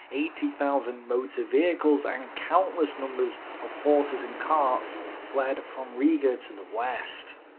eighty thousand motor vehicles, and countless numbers of horses and carts fled from riga to the west.